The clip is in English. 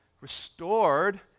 restored